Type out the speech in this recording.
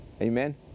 Amen